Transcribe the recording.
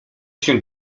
się